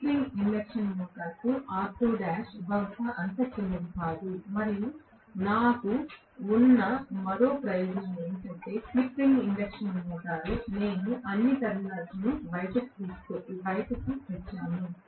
slip ring induction మోటారుకు R2' బహుశా అంత చిన్నది కాదు మరియు నాకు ఉన్న మరో ప్రయోజనం ఏమిటంటే స్లిప్ రింగ్ ఇండక్షన్ మోటారు నేను అన్ని టెర్మినల్స్ను బయటకు తెచ్చాను